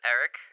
Eric